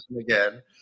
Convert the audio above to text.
again